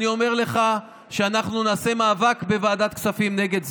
אני אומר לך שאנחנו נעשה מאבק בוועדת כספים נגד זה.